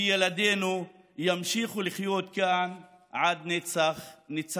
וילדינו ימשיכו לחיות כאן לנצח-נצחים.